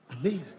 Amazing